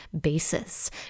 basis